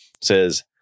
says